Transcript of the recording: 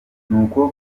nuko